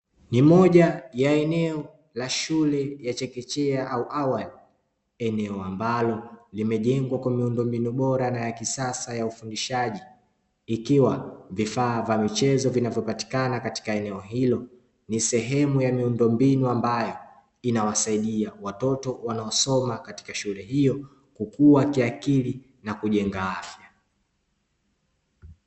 Ni moja ya eneo la shule ya chekechea au awali eneo ambalo limejengwa kwa miundombinu bora na ya kisasa ya ufundishaji, ikiwa vifaa vya michezo vinavyopatikana katika eneo hilo ni sehemu ya miundombinu ambayo inawasaidia watoto wanaosoma katika shule hiyo kukua kiakili na kujenga afya.